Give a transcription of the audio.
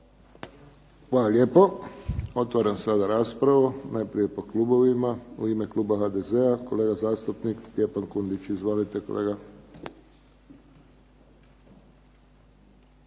Hvala lijepo. Otvaram sada raspravu. Najprije po klubovima. U ime kluba HDZ-a, kolega zastupnik Stjepan Kundić. Izvolite kolega.